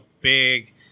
big